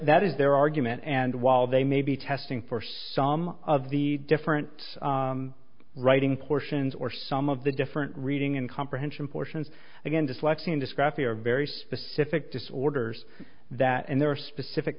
that is their argument and while they may be testing for some of the different it's writing portions or some of the different reading and comprehension portions again dyslexia dyspraxia are very specific disorders that and there are specific